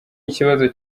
ikibazo